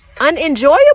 unenjoyable